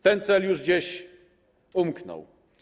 Ten cel już gdzieś umknął.